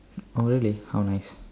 oh really how nice